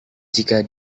jika